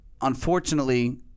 unfortunately